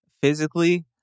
Physically